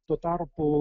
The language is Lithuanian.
tuo tarpu